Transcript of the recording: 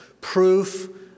proof